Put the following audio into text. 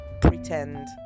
pretend